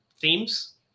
themes